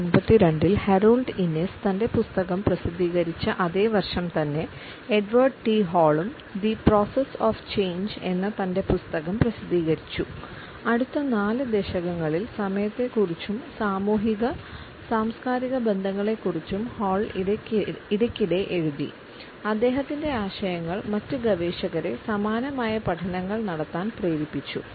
1952 ൽ Harold Innis ഇടയ്ക്കിടെ എഴുതി അദ്ദേഹത്തിന്റെ ആശയങ്ങൾ മറ്റ് ഗവേഷകരെ സമാനമായ പഠനങ്ങൾ നടത്താൻ പ്രേരിപ്പിച്ചു